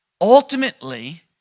ultimately